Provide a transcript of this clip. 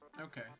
Okay